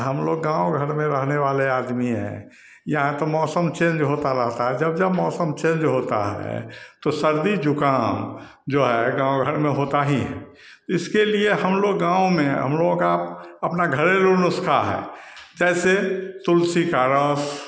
हम लोग गाँव घर में रहने वाले आदमी यहाँ तो मौसम चेंज होता रहता है जब जब मौसम चेंज होता है तो सर्दी जुकाम जो है गाँव घर में होता ही है इसके लिए हम लोग गाँव में हम लोगों का अपना घरेलू नुस्खा है जैसे तुलसी का रस